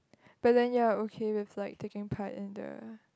but then you're okay with like taking part in the